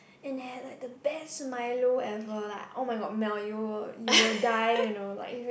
and they have like the best Milo ever la oh-my-god Mel you will you will die you know like if you